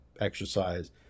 exercise